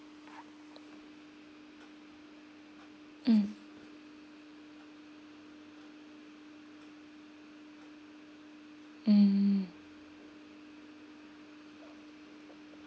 mm mm